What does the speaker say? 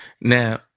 Now